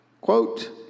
quote